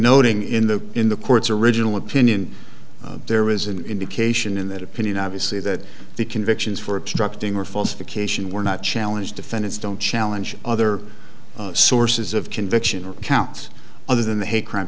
noting in the in the court's original opinion there was an indication in that opinion obviously that the convictions for obstructing were false vacation were not challenged defendants don't challenge other sources of conviction or counts other than the hate crime